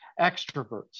extroverts